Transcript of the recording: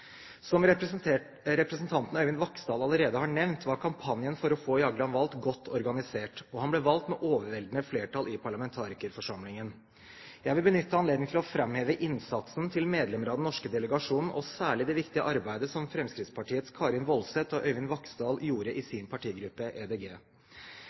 Som representanten Øyvind Vaksdal allerede har nevnt, var kampanjen for å få Jagland valgt godt organisert, og han ble valgt med overveldende flertall i parlamentarikerforsamlingen. Jeg vil benytte anledningen til å framheve innsatsen til medlemmer av den norske delegasjonen, og særlig det viktige arbeidet som Fremskrittspartiets Karin Woldseth og Øyvind Vaksdal gjorde i